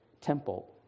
temple